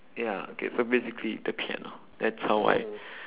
ya okay so basically the piano that's how I